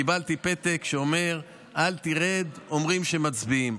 קיבלתי פתק שאומר: אל תרד, אומרים שמצביעים.